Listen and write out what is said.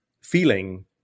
feeling